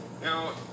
Now